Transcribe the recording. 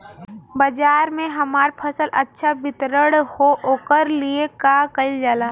बाजार में हमार फसल अच्छा वितरण हो ओकर लिए का कइलजाला?